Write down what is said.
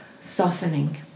softening